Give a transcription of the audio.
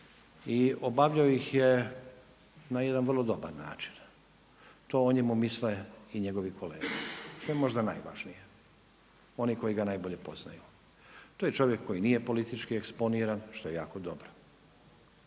i obavljao ih je na jedan vrlo dobar način. To o njemu misle i njegovi kolege što je možda najvažnije. Oni koji ga najbolje poznaju. To je čovjek koji nije politički eksponiran što je jako dobro.